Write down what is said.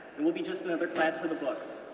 and we'll be just another class for the books,